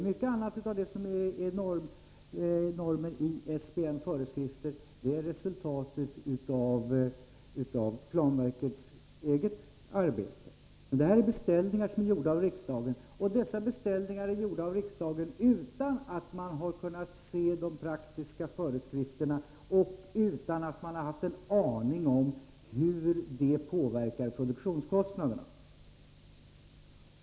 Mycket annat av det som är normer i SBN är resultatet av planverkets eget arbete, men detta är beställningar, gjorda av riksdagen utan att man har kunnat se de praktiska föreskrifterna och utan att man har haft en aning om hur de påverkar produktionskostnaderna.